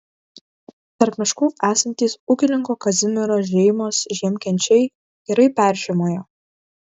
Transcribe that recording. tarp miškų esantys ūkininko kazimiro žeimos žiemkenčiai gerai peržiemojo